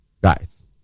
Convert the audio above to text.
guys